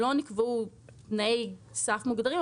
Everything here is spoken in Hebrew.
לא נקבעו תנאי סף מוגדרים,